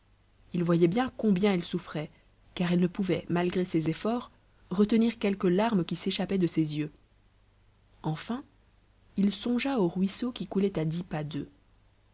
il voyait bien combien elle souffrait car elle ne pouvait malgré ses efforts retenir quelques larmes qui s'échappaient de ses yeux enfin il songea au ruisseau qui coulait à dix pas d'eux